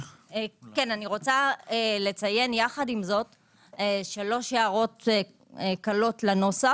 רוצה לציין יחד עם זאת שלוש הערות קלות לנוסח,